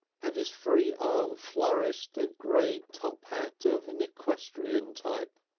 and his free arm flourished a grey top hat of an equestrian type.